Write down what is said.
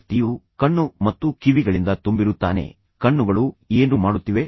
ವ್ಯಕ್ತಿಯು ಕಣ್ಣು ಮತ್ತು ಕಿವಿಗಳಿಂದ ತುಂಬಿರುತ್ತಾನೆ ಕಣ್ಣುಗಳು ಏನು ಮಾಡುತ್ತಿವೆ